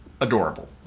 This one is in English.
adorable